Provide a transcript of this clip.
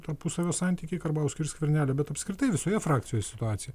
tarpusavio santykiai karbauskio ir skvernelio bet apskritai visoje frakcijoj situacija